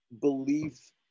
belief